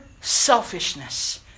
selfishness